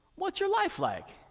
what's your life like?